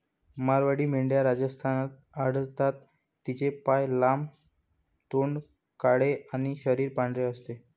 मारवाडी मेंढ्या राजस्थानात आढळतात, तिचे पाय लांब, तोंड काळे आणि शरीर पांढरे असते